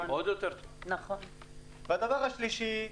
והדבר השלישי,